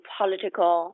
political